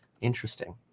Interesting